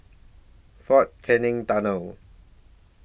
Fort Canning Tunnel